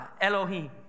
Elohim